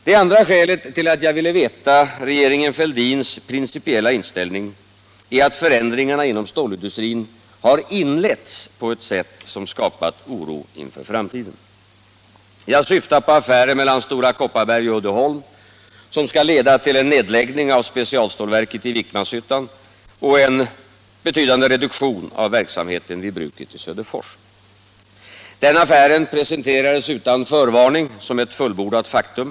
Det andra skälet till att jag ville veta regeringen Fälldins principiella inställning är att förändringarna inom stålindustrin inletts på ett sätt som skapat oro inför framtiden. Nr 43 Jag syftar på affären mellan Stora Kopparberg och Uddeholm, som Fredagen den skall leda till nedläggning av specialstålverket i Vikmanshyttan och en 10 december 1976 betydande reduktion av verksamheten vid bruket i Söderfors. Den affären —— presenterades utan förvarning som ett fullbordat faktum.